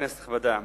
כנסת נכבדה,